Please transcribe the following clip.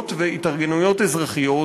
פעילויות והתארגנויות אזרחיות,